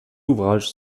ouvrages